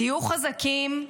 תהיו חזקים,